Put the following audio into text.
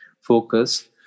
focus